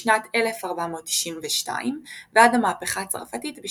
בשנת 1492 ועד המהפכה הצרפתית,